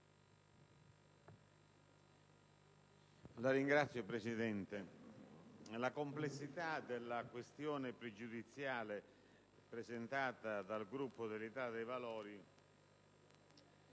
Signor Presidente, la complessità della questione pregiudiziale presentata dal Gruppo dell'Italia dei Valori